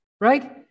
right